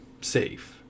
safe